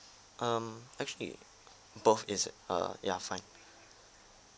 um actually both is uh ya fine